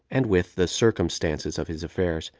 and with the circumstances of his affairs,